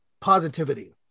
positivity